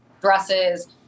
dresses